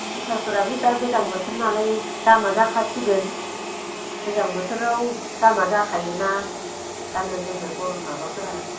सुइथारफोराबो दा गोजां बाथोर नालाय दामा जाखासिगोन गोजां बोथोराव दामा जाखायोना गान्नाय जोमनाय गरम माबाफोरा